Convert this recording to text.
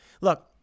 Look